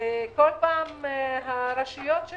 וכל פעם הרשויות של